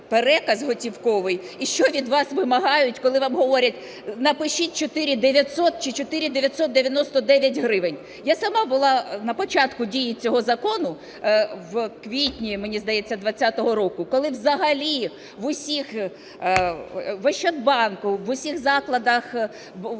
і що від вас вимагають, коли вам говорять: напишіть 4 тисячі 900 чи 4 тисячі 999 гривень. Я сама була на початку дії цього закону в квітні, мені здається, 20-го року, коли взагалі в усіх, в Ощадбанку, в усіх закладах банків,